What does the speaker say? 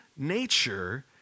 Nature